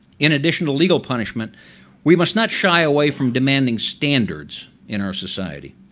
in addition to legal punishment we must not shy away from demanding standards in our society.